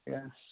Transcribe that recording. Yes